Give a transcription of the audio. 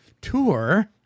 tour